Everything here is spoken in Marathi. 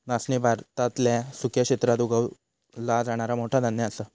नाचणी भारतातल्या सुक्या क्षेत्रात उगवला जाणारा मोठा धान्य असा